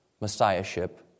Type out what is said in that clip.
messiahship